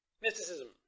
mysticism